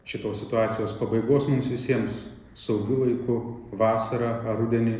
šitos situacijos pabaigos mums visiems saugiu laiku vasarą rudenį